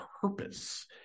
purpose